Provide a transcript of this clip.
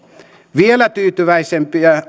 vielä tyytyväisempiä